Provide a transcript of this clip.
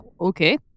okay